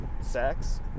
sex